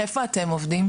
איפה אתם עובדים?